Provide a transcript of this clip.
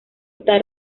tal